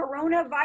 coronavirus